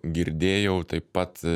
girdėjau taip pat